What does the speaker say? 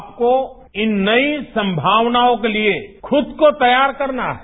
आपको इन नई संगावनाओं के लिए खुद को तैयार करनाहै